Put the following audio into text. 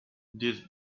this